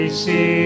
See